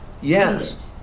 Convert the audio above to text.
yes